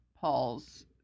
Paul's